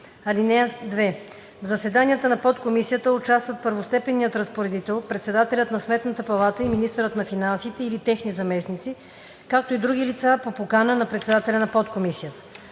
(2) В заседанията на подкомисията участват първостепенният разпоредител, председателят на Сметната палата и министърът на финансите или техни заместници, както и други лица по покана на председателя на подкомисията.